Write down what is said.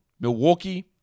Milwaukee